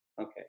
okay